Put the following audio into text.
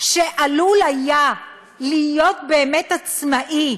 שעלול היה להיות באמת עצמאי,